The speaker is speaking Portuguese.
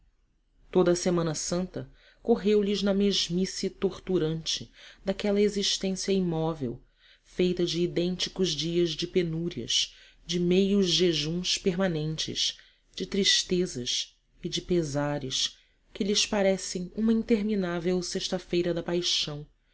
semana santa correu lhes na mesmice torturante daquela existência imóvel feita de idênticos dias de penúrias de meios jejuns permanentes de tristezas e de pesares que lhes parecem uma interminável sexta-feira da paixão